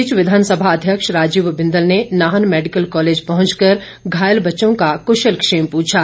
इस बीच विधानसभा अध्यक्ष राजीव बिंदल ने नाहन मैडिकल कॉलेज पहुंच कर घायल बच्चों का कुशल क्षेम पूछा